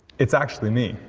it's actually me.